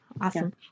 Awesome